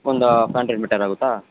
ಒಂದು five hundred metre ಆಗುತ್ತಾ